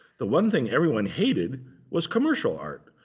the one thing everyone hated was commercial art.